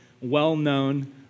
well-known